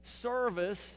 Service